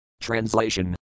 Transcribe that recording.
Translation